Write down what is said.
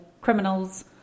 criminals